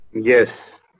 yes